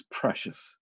precious